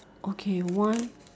okay one